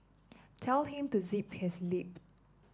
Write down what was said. tell him to zip his lip